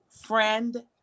friend